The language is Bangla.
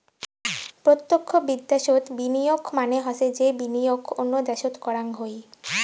প্রতক্ষ বিদ্যাশোত বিনিয়োগ মানে হসে যে বিনিয়োগ অন্য দ্যাশোত করাং হই